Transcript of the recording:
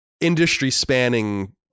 industry-spanning